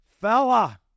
fella